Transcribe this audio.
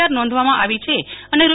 R નોંધવામાં આવી છે અને રૂ